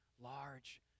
large